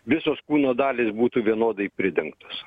visos kūno dalys būtų vienodai pridengtos